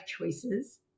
choices